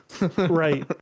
right